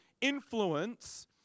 influence